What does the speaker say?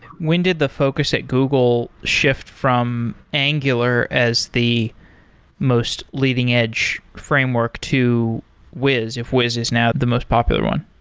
when did the focus at google shift from angular as the most leading edge framework to wiz if wiz is now the most popular one?